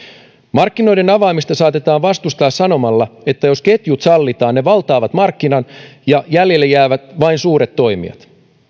markkinoiden avaamista saatetaan vastustaa sanomalla että jos ketjut sallitaan ne valtaavat markkinan ja jäljelle jäävät vain suuret toimijat